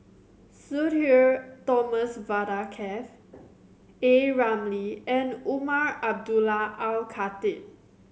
Sudhir Thomas Vadaketh A Ramli and Umar Abdullah Al Khatib